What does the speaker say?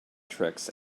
tricks